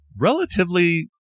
relatively